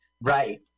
right